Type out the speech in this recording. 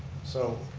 so,